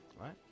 Right